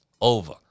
over